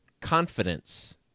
confidence